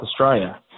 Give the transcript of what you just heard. Australia